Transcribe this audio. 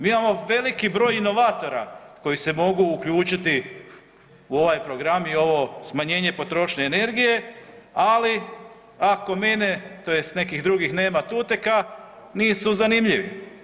Mi imamo veliki broj inovatora koji se mogu uključiti u ovaj program i ovo smanjenje potrošnje energije, ali ako mene tj. nekih drugih nema tuteka nisu zanimljivi.